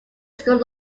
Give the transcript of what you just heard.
school